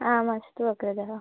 आम् अस्तु अग्रज